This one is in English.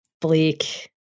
Bleak